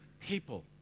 people